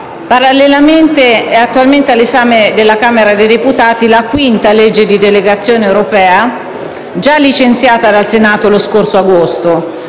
Parallelamente, è attualmente all'esame della Camera dei deputati la quinta legge di delegazione europea, già licenziata dal Senato lo scorso agosto.